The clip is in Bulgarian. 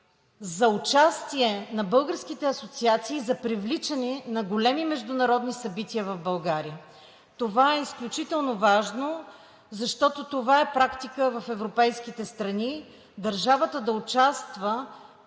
за участието на българските асоциации за привличането на големи международни събития в България? Това е изключително важно, защото това е практиката в европейските страни – държавата участва